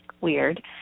weird